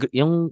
yung